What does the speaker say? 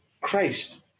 Christ